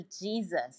Jesus